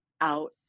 out